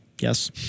Yes